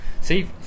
see